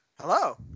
hello